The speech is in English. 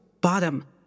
Bottom